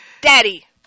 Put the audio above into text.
daddy